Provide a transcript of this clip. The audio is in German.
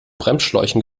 bremsschläuchen